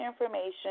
information